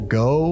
go